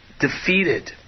defeated